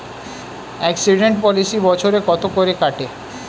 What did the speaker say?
Accident policy বছরে কত করে কাটে?